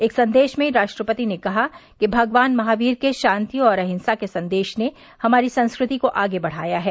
एक संदेश में राष्ट्रपति ने कहा कि भगवान महावीर के शांति और अहिंसा के संदेश ने हमारी संस्कृति को आगे बढ़ाया है